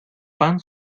pan